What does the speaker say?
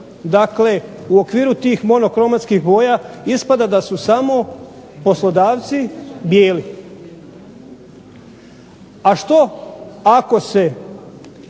ostali u okviru tih monokromatskih boja ispada da su samo poslodavci bijeli. A što ako se